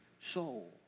soul